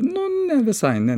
nu ne visai ne